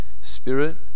Spirit